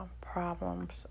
problems